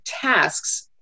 tasks